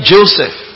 Joseph